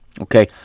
okay